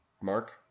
Mark